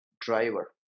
driver